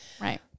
Right